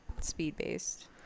speed-based